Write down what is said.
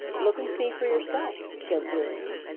look and see for yourself, said dear me.